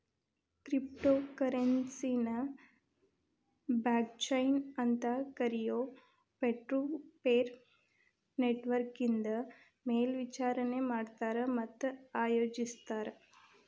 crypto ಕರೆನ್ಸಿನ blockchain ಅಂತ್ ಕರಿಯೊ ಪೇರ್ಟುಪೇರ್ ನೆಟ್ವರ್ಕ್ನಿಂದ ಮೇಲ್ವಿಚಾರಣಿ ಮಾಡ್ತಾರ ಮತ್ತ ಆಯೋಜಿಸ್ತಾರ